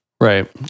Right